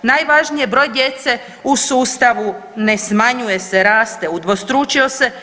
Najvažnije broj djece u sustavu ne smanjuje se, raste, udvostručio se.